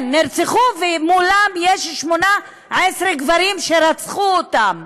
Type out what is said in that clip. כן, נרצחו, ומולן יש 18 גברים שרצחו אותן.